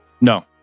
No